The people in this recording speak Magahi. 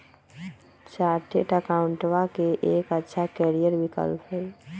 चार्टेट अकाउंटेंटवा के एक अच्छा करियर विकल्प हई